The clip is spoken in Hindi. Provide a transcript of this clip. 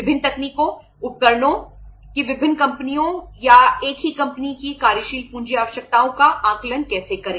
विभिन्न तकनीकों उपकरणों कि विभिन्न कंपनियों या एक ही कंपनी की कार्यशील पूंजी आवश्यकताओं का आकलन कैसे करें